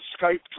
Skype